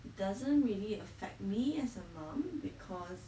it doesn't really affect me as a mum because